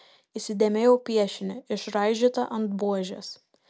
įsidėmėjau piešinį išraižytą ant buožės